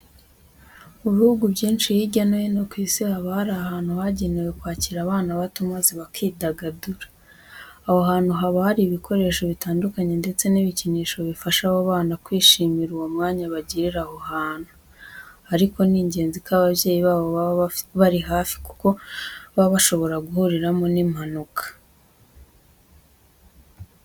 Mu bihugu byinshi hirya no hino ku isi, haba hari ahantu hagenewe kwakira abana bato maze bakidagadura. Aho hantu haba hari ibikoresho bitandukanye ndetse n'ibikinisho bifasha abo bana kwishimira uwo myanya bagirira aho hantu. Ariko ni ingenzi ko ababyeyi babo bababa hafi kuko baba bashobora guhuriramo n'impanuka.